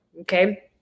okay